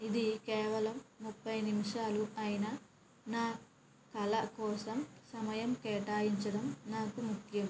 ఇది కేవలం ముప్పై నిముషాలు అయిన నా కల కోసం సమయం కేటాయించడం నాకు ముఖ్యం